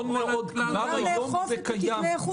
הוא רשאי לאכוף את תקני האיכות והשירות.